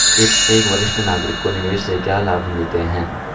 एक वरिष्ठ नागरिक को निवेश से क्या लाभ मिलते हैं?